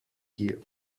here